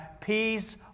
peace